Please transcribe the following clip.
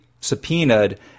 subpoenaed